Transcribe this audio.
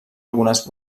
algunes